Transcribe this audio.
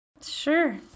Sure